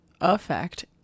affect